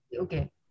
Okay